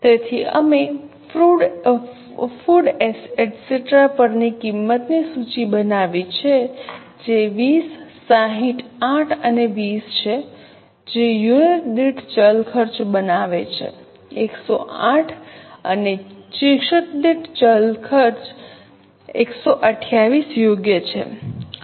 તેથી અમે food etcetera પરની કિંમતની સૂચિ બનાવી છે જે 20 60 8 અને 20 છે જે યુનિટ દીઠ ચલ ખર્ચ બનાવે છે 108 અને શિક્ષક દીઠ ચલ કિંમત 128 યોગ્ય છે